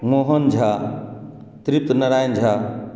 Mohan Jha Tripti Narayan Jha